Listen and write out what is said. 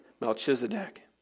Melchizedek